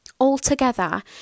Altogether